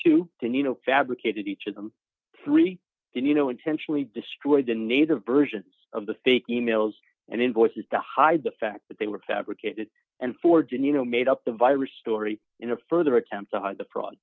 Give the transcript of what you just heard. know fabricated each of them three did you know intentionally destroyed the native versions of the fake emails and invoices to hide the fact that they were fabricated and forge and you know made up the virus story in a further attempt to hide the